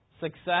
Success